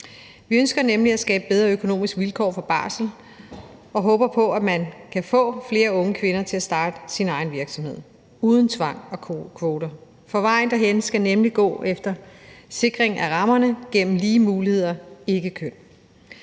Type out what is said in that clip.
Vi ønsker nemlig at skabe bedre økonomiske vilkår for barsel og håber på, at man kan få flere unge kvinder til at starte egen virksomhed uden tvang og kvoter. Vejen derhen skal nemlig gå gennem sikring af rammerne for lige muligheder og ikke køn.